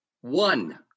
one